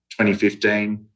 2015